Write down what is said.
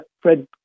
Fred